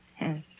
yes